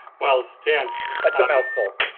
well, dan that's a mouthful!